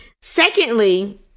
Secondly